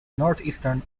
northeastern